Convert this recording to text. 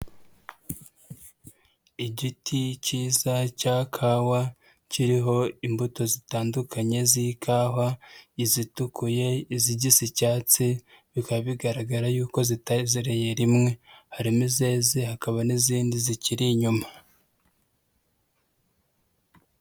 Igiti cyiza cya kawa kiriho imbuto zitandukanye z'ikawa, izitukuye, izigisa icyatsi bikaba bigaragara y'uko zitazereye rimwe, harimo izeze hakaba n'izindi zikiri inyuma.